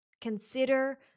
Consider